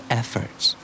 efforts